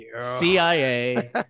cia